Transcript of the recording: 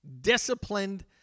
disciplined